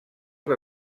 que